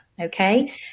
Okay